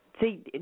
See